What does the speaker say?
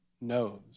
knows